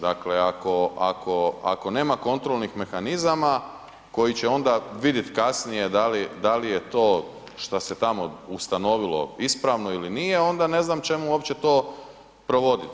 Dakle ako nema kontrolnih mehanizama koji će onda vidjet kasnije da li je to što se tamo ustanovila ispravno ili nije, onda ne znam čemu uopće to provoditi.